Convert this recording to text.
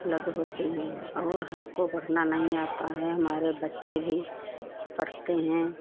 उपलब्ध होती है और हमको पढ़ना नहीं आता है हमारे बच्चे भी पढ़ते हैं